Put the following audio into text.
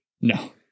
No